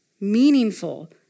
meaningful